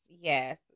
yes